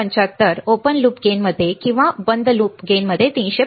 75 open loop गेनमध्ये किंवा बंद लूप गेन 375